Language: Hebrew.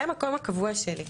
זה המקום הקבוע שלי,